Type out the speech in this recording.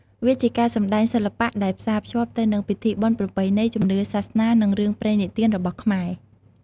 វាជាការសម្តែងសិល្បៈ ដែលផ្សារភ្ជាប់ទៅនឹងពិធីបុណ្យប្រពៃណី ជំនឿសាសនា និងរឿងព្រេងនិទានរបស់ខ្មែរ។